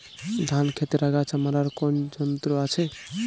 ধান ক্ষেতের আগাছা মারার কোন যন্ত্র আছে?